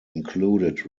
included